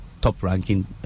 top-ranking